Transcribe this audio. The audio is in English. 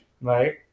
Right